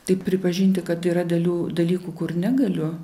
tai pripažinti kad yra dalių dalykų kur negaliu